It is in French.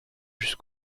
juste